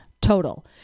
total